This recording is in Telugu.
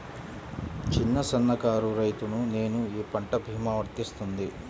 చిన్న సన్న కారు రైతును నేను ఈ పంట భీమా వర్తిస్తుంది?